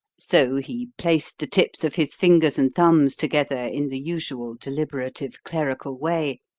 so he placed the tips of his fingers and thumbs together in the usual deliberative clerical way,